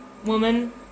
woman